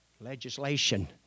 legislation